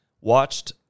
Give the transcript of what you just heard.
watched